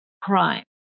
crime